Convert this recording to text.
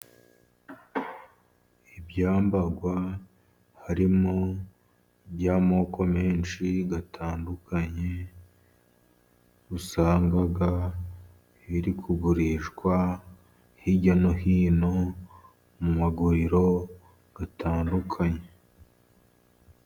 Ibyambagwa harimo y'amoko menshi gatandukanye, usanga biri kugurishwa hirya no hino mu maguriro gatandukanye.